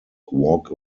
walk